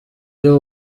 byo